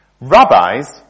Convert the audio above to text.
Rabbis